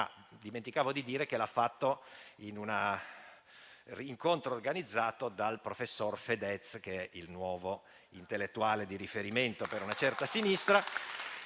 un video, girato durante un incontro organizzato dal professor Fedez, che è il nuovo intellettuale di riferimento per una certa sinistra.